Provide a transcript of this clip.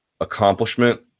accomplishment